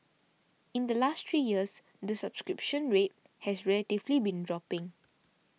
in the last three years the subscription rate has relatively been dropping